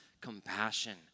compassion